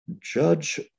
Judge